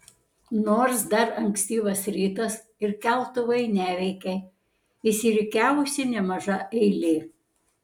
nors dar ankstyvas rytas ir keltuvai neveikia išsirikiavusi nemaža eilė